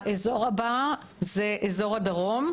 האזור הבא זה אזור הדרום.